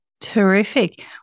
Terrific